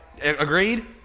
Agreed